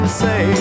say